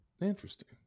Interesting